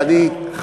ואני, רגע.